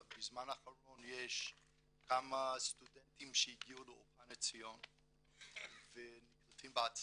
בזמן האחרון יש כמה סטודנטים שהגיעו לאולפן עציון ונקלטים בהצלחה.